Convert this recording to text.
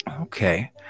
Okay